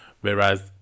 Whereas